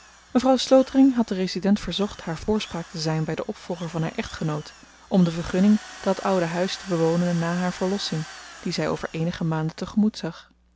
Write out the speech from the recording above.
mevrouw slotering had den resident verzocht haar voorspraak te zyn by den opvolger van haar echtgenoot om de vergunning dat oude huis te bewonen tot na haar verlossing die zy over eenige maanden te-gemoet